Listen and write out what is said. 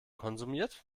konsumiert